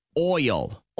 Oil